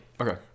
okay